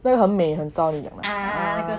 那个很美很高的那个 ah